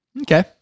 Okay